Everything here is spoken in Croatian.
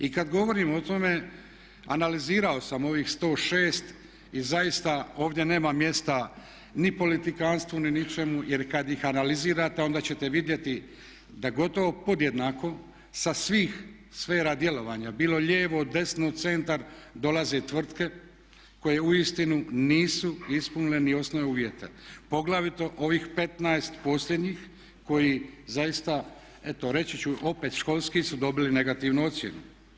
I kad govorim o tome analizirao sam ovih 106 i zaista ovdje nema mjesta ni politikantstvu ni ničemu jer kad ih analizirate onda ćete vidjeti da gotovo podjednako sa svih sfera djelovanja, bilo lijevo, desno, centar dolaze tvrtke koje uistinu nisu ispunile ni osnovne uvjete poglavito ovih 15 posljednjih koji zaista eto reći ću opet školski su dobili negativnu ocjenu.